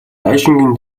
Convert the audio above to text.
байшингийн